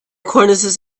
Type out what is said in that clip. cornices